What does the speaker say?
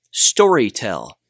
storytell